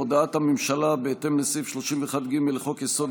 הודעת הממשלה בהתאם לסעיף 31(ג) לחוק-יסוד: